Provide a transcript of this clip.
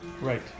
right